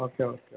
okay okay